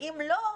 ואם לא,